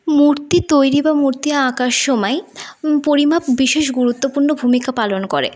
মূর্তি তৈরি বা মূর্তি আঁকার সময় পরিমাপ বিশেষ গুরুত্বপূর্ণ ভূমিকা পালন করে